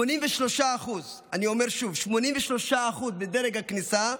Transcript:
83%, אני אומר שוב, 83% בדרג הכניסה,